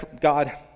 God